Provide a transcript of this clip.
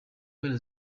mpera